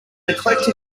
eclectic